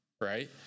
right